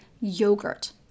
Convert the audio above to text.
yogurt